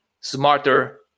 smarter